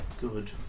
Good